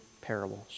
parables